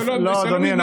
שלא, לא, אדוני.